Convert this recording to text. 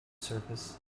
service